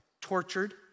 tortured